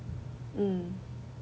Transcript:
um